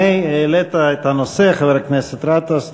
הנה, העלית את הנושא, חבר הכנסת גטאס.